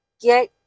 Get